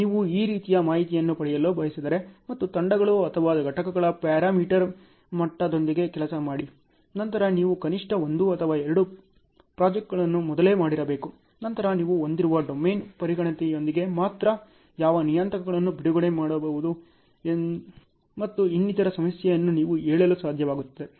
ನೀವು ಈ ರೀತಿಯ ಮಾಹಿತಿಯನ್ನು ಪಡೆಯಲು ಬಯಸಿದರೆ ಮತ್ತು ತಂಡಗಳು ಅಥವಾ ಘಟಕಗಳ ಪ್ಯಾರಾಮೀಟರ್ ಮಟ್ಟದೊಂದಿಗೆ ಕೆಲಸ ಮಾಡಿ ನಂತರ ನೀವು ಕನಿಷ್ಟ 1 ಅಥವಾ 2 ಪ್ರಾಜೆಕ್ಟ್ಗಳನ್ನು ಮೊದಲೇ ಮಾಡಿರಬೇಕು ನಂತರ ನೀವು ಹೊಂದಿರುವ ಡೊಮೇನ್ ಪರಿಣತಿಯೊಂದಿಗೆ ಮಾತ್ರ ಯಾವ ನಿಯತಾಂಕಗಳನ್ನು ಬಿಡುಗಡೆ ಮಾಡಬಹುದು ಮತ್ತು ಇನ್ನಿತರ ಸಮಯವನ್ನು ನೀವು ಹೇಳಲು ಸಾಧ್ಯವಾಗುತ್ತದೆ